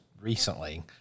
recently